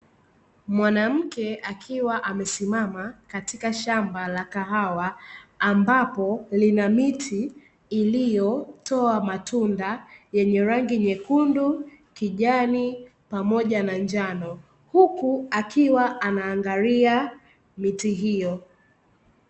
Mwanamke akiwa amesimama katika shamba la kahawa, ambapo lina miti iliyotoa matunda yenye rangi nyekundu, kijani pamoja na njano huku akiwa anaangalia miti hiyo.